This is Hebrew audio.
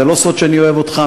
זה לא סוד שאני אוהב אותך,